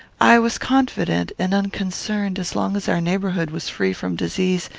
i was confident and unconcerned as long as our neighbourhood was free from disease,